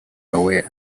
away